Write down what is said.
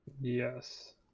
Yes